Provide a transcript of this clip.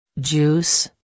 Juice